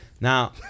Now